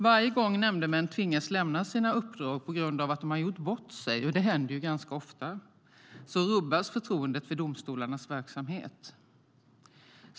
Varje gång nämndemän tvingas lämna sina uppdrag på grund av att de har gjort bort sig - och det händer ganska ofta - rubbas förtroendet för domstolarnas verksamhet.